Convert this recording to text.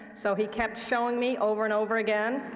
so he kept showing me over and over again,